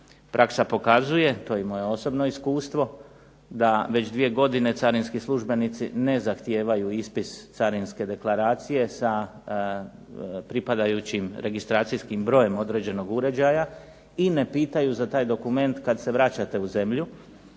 praksa pokazuje, to je i moje osobno iskustvo, da već dvije godine carinski službenici ne zahtijevaju ispis carinske deklaracije sa pripadajućim registracijskim brojem određenog uređaja i ne pitaju za taj dokument kad se vraćate u zemlju,